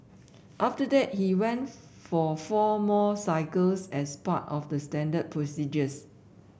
after that he went for four more cycles as part of the standard procedures